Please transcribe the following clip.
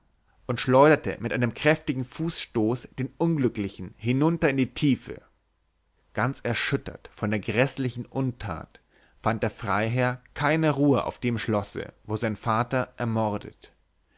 und schleuderte mit einem kräftigen fußstoß den unglücklichen hinunter in die tiefe ganz erschüttert von der gräßlichen untat fand der freiherr keine ruhe auf dem schlosse wo sein vater ermordet